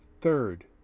third